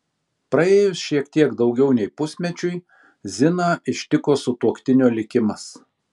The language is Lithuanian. praėjus šiek tiek daugiau nei pusmečiui ziną ištiko sutuoktinio likimas